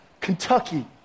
Kentucky